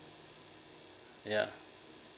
yeah